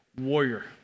warrior